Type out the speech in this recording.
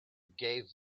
gave